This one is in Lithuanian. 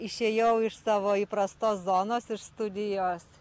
išėjau iš savo įprastos zonos ir studijos